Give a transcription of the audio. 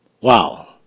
Wow